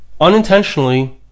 unintentionally